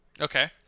Okay